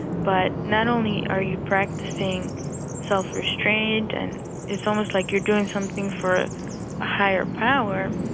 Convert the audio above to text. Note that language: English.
but not only are you practicing self-restraint, and it's almost like you're doing something for a higher power.